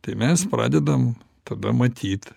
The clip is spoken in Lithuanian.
tai mes pradedam tada matyt